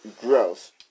Gross